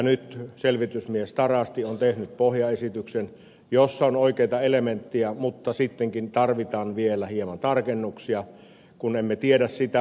nyt selvitysmies tarasti on tehnyt pohjaesityksen jossa on oikeita elementtejä mutta sittenkin tarvitaan vielä hieman tarkennuksia kun emme tiedä seurauksia